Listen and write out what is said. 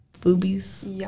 Boobies